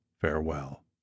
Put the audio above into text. farewell